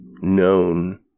known